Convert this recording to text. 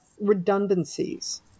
redundancies